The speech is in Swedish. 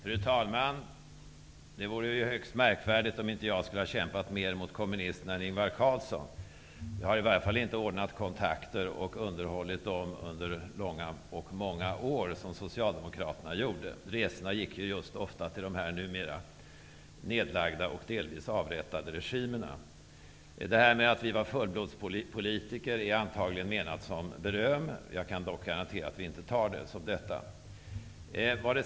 Fru talman! Det vore högst märkvärdigt om inte jag skulle ha kämpat mer mot kommunisterna än Ingvar Carlsson. Jag har i varje fall inte ordnat kontakter och underhållit dem under många och långa år, som Socialdemokraterna har gjort. Resorna gick ofta till de numera nedlagda och delvis avrättade regimerna. Att vi är fullblodspolitiker är antagligen menat som beröm. Jag kan dock garantera att vi inte tar det som så.